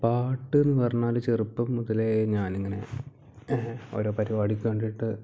പാട്ടെന്നു പറഞ്ഞാൽ ചെറുപ്പം മുതലേ ഞാനിങ്ങനെ ഒരോ പരിപാടിക്ക് വേണ്ടിയിട്ട്